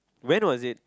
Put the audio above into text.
when was it